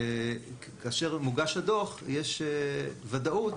כאשר הדוח מוגש יש ודאות